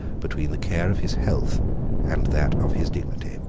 between the care of his health and that of his dignity.